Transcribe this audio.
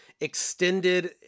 extended